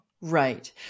Right